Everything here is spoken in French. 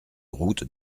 route